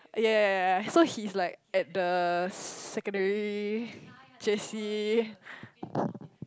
ya ya ya ya so he's like at the secondary J_C